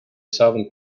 southern